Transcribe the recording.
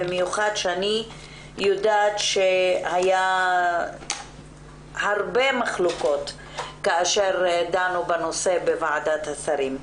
במיוחד שאני יודעת שהיו הרבה מחלוקות כאשר דנו בנושא בוועדת השרים.